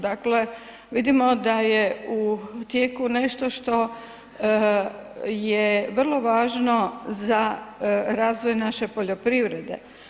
Dakle, vidimo da je u tijeku nešto što je vrlo važno za razvoj naše poljoprivrede.